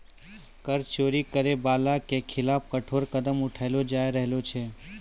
कर चोरी करै बाला के खिलाफ कठोर कदम उठैलो जाय रहलो छै